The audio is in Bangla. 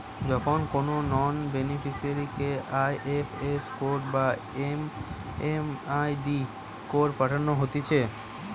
যখন কোনো নন বেনিফিসারিকে আই.এফ.এস কোড বা এম.এম.আই.ডি কোড পাঠানো হতিছে